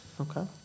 Okay